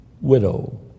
widow